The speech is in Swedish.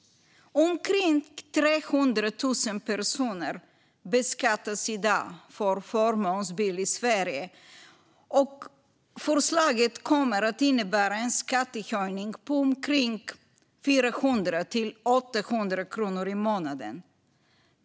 Omkring 300 000 personer beskattas i dag för förmånsbil i Sverige. Förslaget kommer att innebära en skattehöjning på omkring 400-800 kronor i månaden.